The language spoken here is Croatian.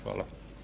Hvala.